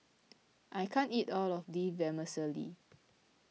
I can't eat all of this Vermicelli